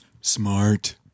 smart